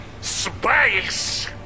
Space